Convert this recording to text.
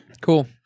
Cool